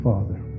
Father